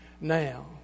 now